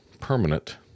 permanent